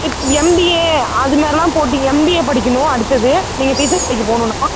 இப் எம்பிஏ அது மாரிலாம் போட்டு எம்பிஏ படிக்கணும் அடுத்தது நீங்கள் டீச்சர் வேலைக்கு போகணுனா